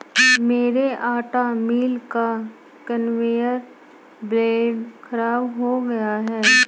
मेरे आटा मिल का कन्वेयर बेल्ट खराब हो गया है